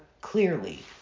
clearly